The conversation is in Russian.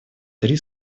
три